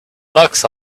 bucks